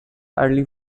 early